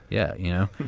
yeah, you know,